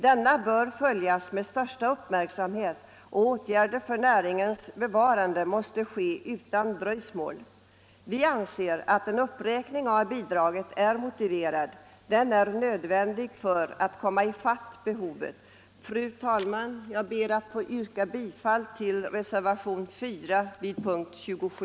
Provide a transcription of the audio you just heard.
Denna bör följas med största uppmärksamhet, och åtgärder för näringens bevarande måste vidtas utan dröjsmål. Vi anser att en uppräkning av bidraget är motiverad. Det är nödvändigt för att man skall komma i fatt behovet. Fru talman! Jag ber att få yrka bifall till reservationen 4 vid punkten 27: